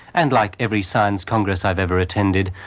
and like every science congress i've ever attended,